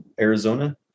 Arizona